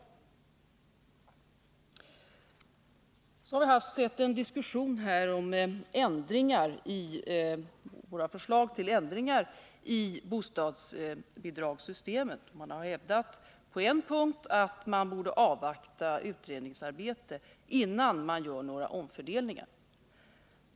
Vidare har jag noterat att det förts en diskussion där man redovisat många förslag till ändringar i bostadsbidragssystemet. Det har på en punkt hävdats att man borde avvakta utredningsarbetet innan man gör några omfördelningar.